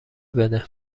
بده